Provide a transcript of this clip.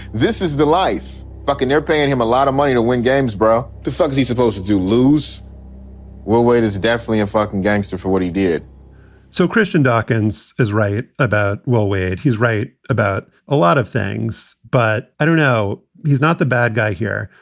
this is the life fucking. they're paying him a lot of money to win games, bro. the fuck is he supposed to do? lose weight is definitely a fucking gangster for what he did so christian dawkins is right about well, wait. he's right about a lot of things, but i don't know he's not the bad guy here.